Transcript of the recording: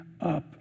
up